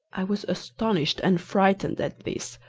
i was astonished and frightened at this,